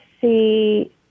see